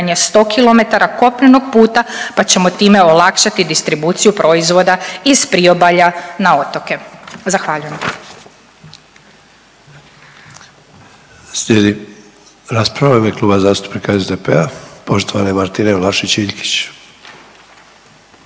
kopnenog puta pa ćemo time olakšati distribuciju proizvoda iz priobalja na otoke. Zahvaljujem.